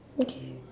okay